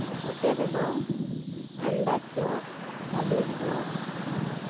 hotel ᱨᱮᱫᱚ ᱟᱱᱰᱟ chop ᱟᱹᱞᱩ ᱪᱚᱯ